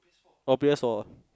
on P_S four ah